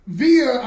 via